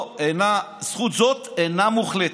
זכות זו אינה מוחלטת.